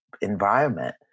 environment